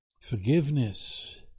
forgiveness